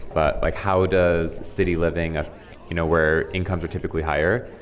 but like how does city living ah you know where incomes are typically higher,